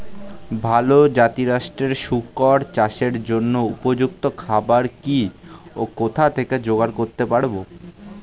ভালো জাতিরাষ্ট্রের শুকর চাষের জন্য উপযুক্ত খাবার কি ও কোথা থেকে জোগাড় করতে পারব?